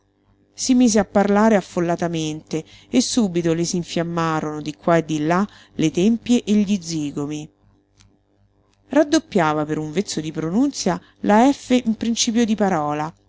si mise a parlare affollatamente e subito le s'infiammarono di qua e di là le tempie e gli zigomi raddoppiava per un vezzo di pronunzia la effe in principio di parola